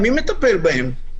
מי מטפל בהם?